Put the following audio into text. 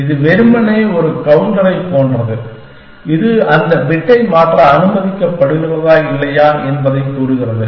இது வெறுமனே ஒரு கவுண்டரைப் போன்றது இது அந்த பிட்டை மாற்ற அனுமதிக்கப்படுகிறதா இல்லையா என்பதைக் கூறுகிறது